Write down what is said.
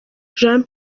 jean